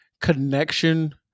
connection